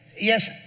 yes